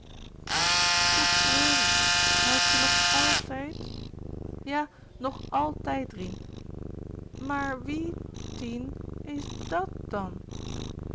ach hoe treurig huilt ze nog altijd ja nog altijd rien maar wie tien is dàt dan